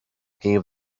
gave